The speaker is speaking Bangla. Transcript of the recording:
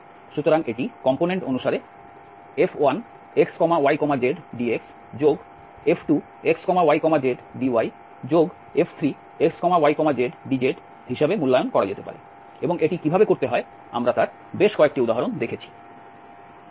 সুতরাং এটি কম্পোনেন্ট অনুসারে F1xyzdxF2xyzdyF3xyzdz হিসাবে মূল্যায়ন করা যেতে পারে এবং এটি কিভাবে করতে হয় আমরা তার বেশ কয়েকটি উদাহরণ দেখেছি